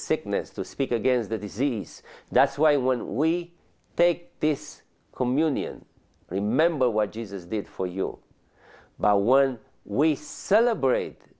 sickness to speak against the disease that's why when we take this communion remember what jesus did for you by was we celebrate